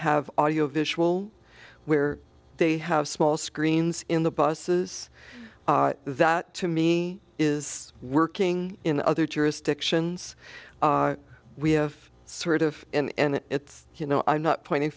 have audio visual where they have small screens in the buses that to me is working in other jurisdictions we have sort of and it's you know i'm not pointing